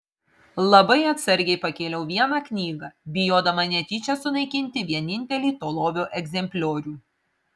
labai atsargiai pakėliau vieną knygą bijodama netyčia sunaikinti vienintelį to lobio egzempliorių